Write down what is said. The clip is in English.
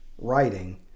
writing